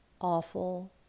awful